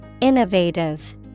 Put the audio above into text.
Innovative